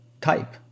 type